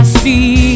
see